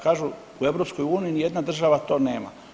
Kažu u EU ni jedna država to nema.